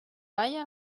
balla